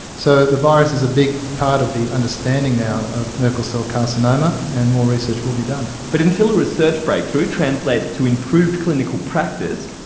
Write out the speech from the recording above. so the virus is a big part of the understanding now of merkel cell carcinoma, and more research will be done. but until a research breakthrough translates to improved clinical practice,